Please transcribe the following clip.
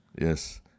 Yes